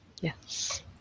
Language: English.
Yes